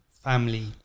family